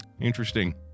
Interesting